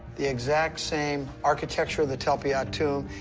the exact same architecture of the talpiot tomb,